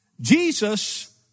Jesus